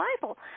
Bible